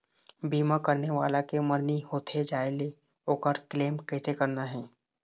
बीमा करने वाला के मरनी होथे जाय ले, ओकर क्लेम कैसे करना हे?